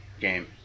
game